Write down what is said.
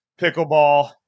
pickleball